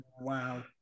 Wow